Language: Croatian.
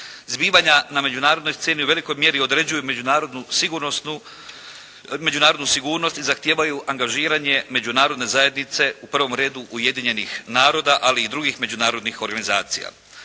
Zbivanja na međunarodnoj sceni u velikoj mjeri određuju međunarodnu sigurnost i zahtijevaju angažiranje Međunarodne zajednice, u prvom redu Ujedinjenih Naroda, ali i drugih međunarodnih organizacija.